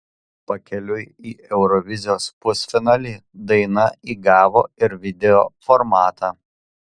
pakeliui į eurovizijos pusfinalį daina įgavo ir video formatą